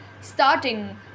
starting